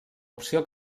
opció